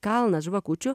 kalnas žvakučių